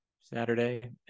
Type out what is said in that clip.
Saturday